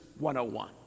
101